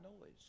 noise